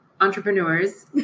entrepreneurs